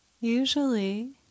Usually